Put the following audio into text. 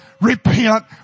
repent